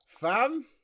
Fam